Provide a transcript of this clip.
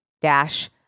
dash